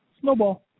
Snowball